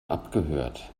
abgehört